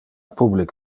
public